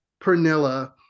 Pernilla